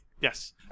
Yes